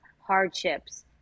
hardships